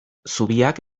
zubiak